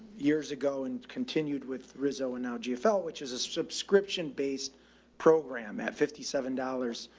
years ago and continued with with ah and now gfl which is a subscription based program at fifty seven dollars.